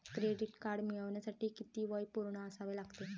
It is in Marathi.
क्रेडिट कार्ड मिळवण्यासाठी किती वय पूर्ण असावे लागते?